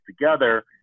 together